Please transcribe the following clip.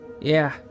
Yeah